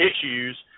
issues